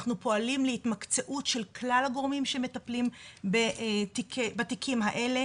אנחנו פועלים להתמקצעות של כלל הגורמים שמטפלים בתיקים האלה